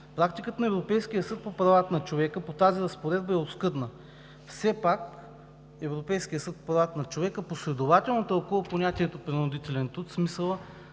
Практиката на Европейския съд по правата на човека по тази разпоредба е оскъдна. Все пак Европейският съд по правата на човека последователно тълкува понятието „принудителен труд“ в смисъла,